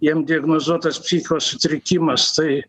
jiem diagnozuotas psichikos sutrikimas tai